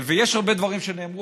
יש הרבה דברים שנאמרו,